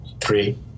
three